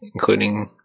including